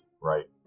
right